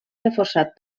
reforçat